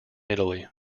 italy